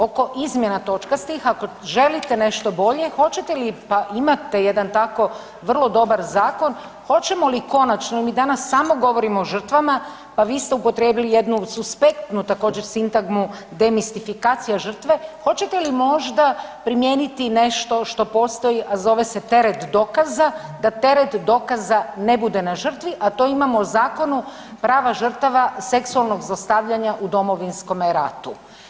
Oko izmjena točkastih ako želite nešto bolje, hoćete li, pa imate jedan tako vrlo dobar zakon, hoćemo li konačno jel mi danas samo govorimo o žrtvama, pa vi ste upotrijebili jednu suspektnu također sintagmu demistifikacija žrtve, hoćete li možda primijeniti nešto što postoji, a zove se teret dokaza, da teret dokaza ne bude na žrtvi, a to imamo u Zakonu prava žrtava seksualnog zlostavljanja u Domovinskome ratu.